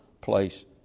place